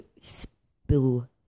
spill